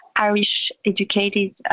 Irish-educated